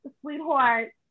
Sweetheart